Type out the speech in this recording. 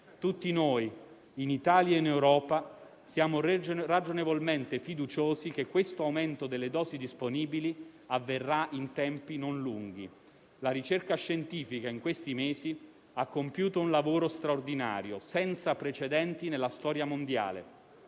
Tutti noi, in Italia e in Europa, siamo ragionevolmente fiduciosi che l'aumento delle dosi disponibili avverrà in tempi non lunghi. La ricerca scientifica negli ultimi mesi ha compiuto un lavoro straordinario, senza precedenti nella storia mondiale.